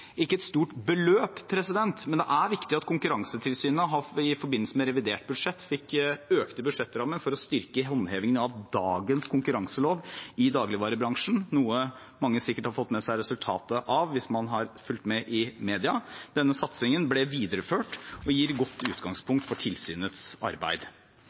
ikke et stort beløp, men det er viktig at Konkurransetilsynet i forbindelse med revidert budsjett fikk økte budsjettrammer for å styrke håndhevingen av dagens konkurranselov i dagligvarebransjen – noe mange sikkert har fått med seg resultatet av hvis man har fulgt med i mediene. Denne satsingen ble videreført og gir et godt utgangspunkt for tilsynets arbeid.